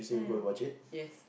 mm yes